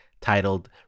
titled